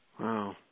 Wow